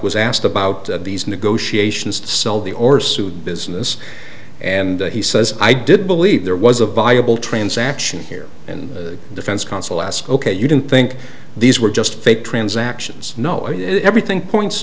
was asked about these negotiations to sell the or sued business and he says i didn't believe there was a viable transaction here and the defense counsel asked ok you didn't think these were just fake transactions snow everything points